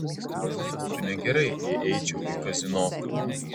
mamai būtų negerai jei eičiau į kazino